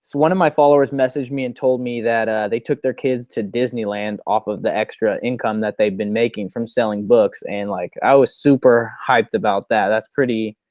one of my followers messaged me and told me that they took their kids to disneyland off of the extra income that they've been making from selling books and like i was super hyped about that. that's pretty,